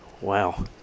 Wow